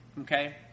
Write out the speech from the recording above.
okay